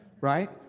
right